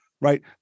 Right